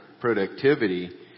productivity